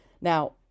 Now